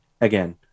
again